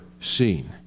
seen